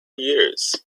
years